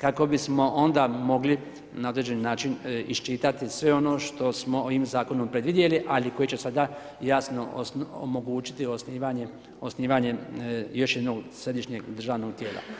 kako bismo onda mogli na određeni način isčitati sve ono što smo ovim Zakonom predvidjeli, ali koji će sada jasno omogućiti osnivanje još jednog Središnjeg državnog tijela.